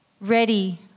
ready